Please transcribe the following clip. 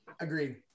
Agreed